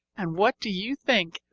and what do you think?